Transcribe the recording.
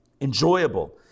enjoyable